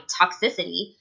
toxicity